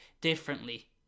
differently